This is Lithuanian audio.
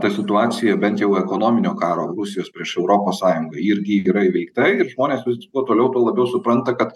ta situacija bent jau ekonominio karo rusijos prieš europos sąjungą irgi yra įveikta ir žmonės vis kuo toliau tuo labiau supranta kad